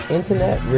Internet